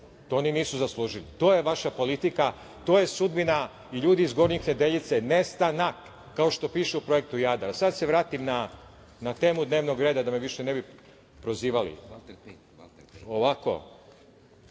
To oni nisu zaslužili. To je vaša politika. To je sudbina i ljudi iz Gornjih Nedeljica, nestanak, kao što piše u projektu Jadar. Sad da se vratim na temu dnevnog reda, da me više ne bi prozivali.